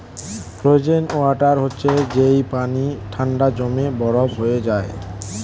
frozen water হচ্ছে যেই পানি ঠান্ডায় জমে বরফ হয়ে যায়